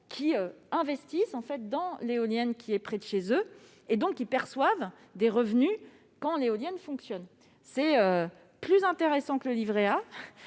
investissent dans l'éolienne située près de chez eux et perçoivent des revenus quand celle-ci fonctionne. C'est plus intéressant que le livret A